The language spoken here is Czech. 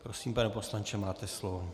Prosím, pane poslanče, máte slovo.